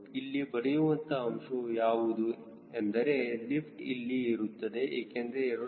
ಇಲ್ಲಿ ಇರುವಂತಹ ಅಂಶವು ಯಾವುದು ಎಂದರೆ ಲಿಫ್ಟ್ ಇಲ್ಲಿ ಇರುತ್ತದೆ ಏಕೆಂದರೆ a